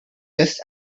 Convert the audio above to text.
just